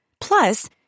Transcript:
Plus